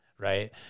Right